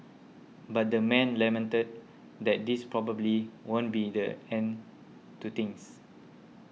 but the man lamented that this probably won't be the end to things